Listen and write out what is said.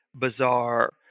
bizarre